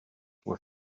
were